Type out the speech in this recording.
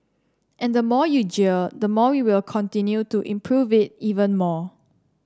and the more you jeer the more you will continue to improve it even more